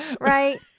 right